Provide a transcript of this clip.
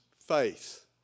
faith